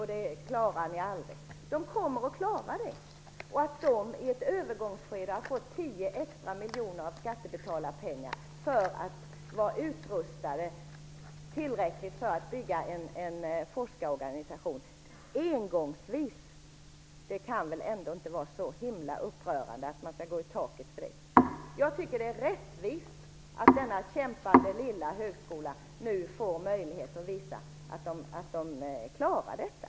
Högskolan i Jönköping kommer att klara av detta. I ett övergångsskede har högskolan fått ett engångsbelopp på 10 miljoner så att den kan bli tillräckligt utrustad för att bygga en forskarorganisation. Det kan inte vara så upprörande att man går i taket. Det är rättvist att denna kämpande lilla högskola nu får möjlighet att visa att den klarar av detta.